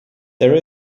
there